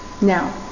Now